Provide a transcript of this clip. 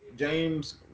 James